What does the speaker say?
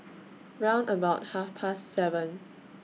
round about Half Past seven